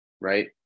right